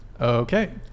Okay